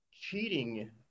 cheating